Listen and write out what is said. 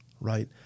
Right